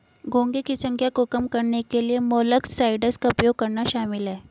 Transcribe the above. घोंघे की संख्या को कम करने के लिए मोलस्कसाइड्स का उपयोग करना शामिल है